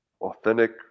Authentic